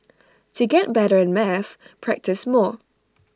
to get better at maths practise more